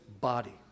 body